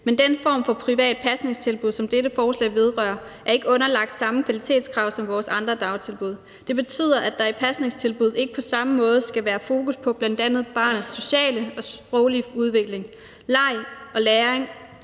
men den form for private pasningstilbud, som dette forslag vedrører, er ikke underlagt samme kvalitetskrav som vores andre dagtilbud. Det betyder, at der i disse pasningstilbud ikke på samme måde skal være fokus på bl.a. barnets sociale og sproglige udvikling, leg og læring